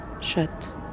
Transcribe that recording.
shut